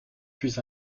puis